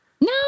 no